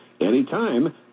anytime